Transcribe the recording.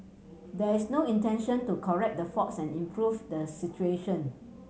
there is no intention to correct the faults and improve the situation